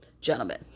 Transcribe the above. Gentlemen